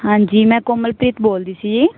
ਹਾਂਜੀ ਮੈਂ ਕੋਮਲਪ੍ਰੀਤ ਬੋਲਦੀ ਸੀ ਜੀ